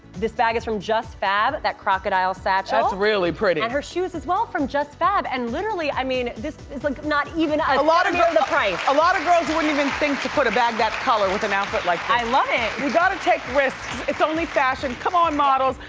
this bag is from just fab, that crocodile satchel. that's really pretty. and her shoes, as well, from just fab and literally i mean this is like not even a fifth of the price. a lot of girls wouldn't even think to put a bag that color with an outfit like this. i love it. you've gotta take risks. it's only fashion. come on, models.